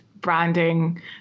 branding